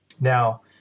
now